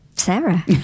Sarah